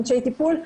אנשי טיפול.